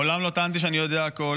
מעולם לא טענתי שאני יודע הכול.